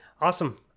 awesome